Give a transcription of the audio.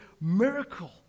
miracle